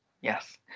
Yes